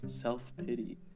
self-pity